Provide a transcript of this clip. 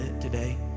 today